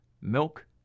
milk